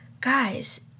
Guys